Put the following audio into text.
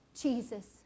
Jesus